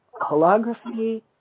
holography